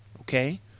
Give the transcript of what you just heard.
Okay